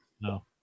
No